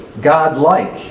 God-like